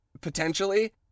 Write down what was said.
potentially